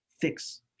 fix